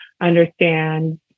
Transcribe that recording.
understand